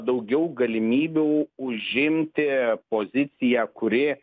daugiau galimybių užimti poziciją kuri